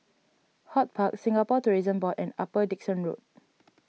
HortPark Singapore Tourism Board and Upper Dickson Road